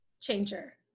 Changer